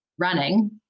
running